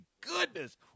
goodness